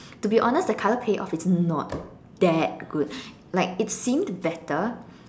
to be honest the colour payoff is not that good like it seemed better